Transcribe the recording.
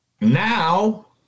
now